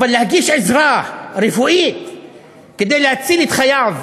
אבל להגיש עזרה רפואית כדי להציל את חייו,